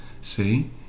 see